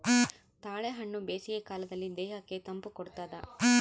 ತಾಳೆಹಣ್ಣು ಬೇಸಿಗೆ ಕಾಲದಲ್ಲಿ ದೇಹಕ್ಕೆ ತಂಪು ಕೊಡ್ತಾದ